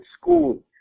school